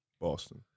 Boston